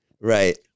right